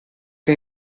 che